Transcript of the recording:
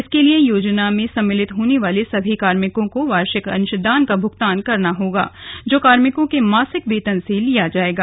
इसके लिए योजना में सम्मलित होने वाले सभी कार्मिकों को वार्षिक अंशदान का भुगतान करना होगा जो कार्मिकों के मासिक वेतन से लिया जाएगा